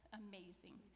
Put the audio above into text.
amazing